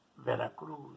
Veracruz